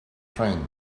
train